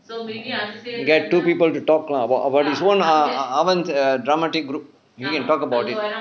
you get two people to talk lah about about this [one] err err dramatic group you can talk about it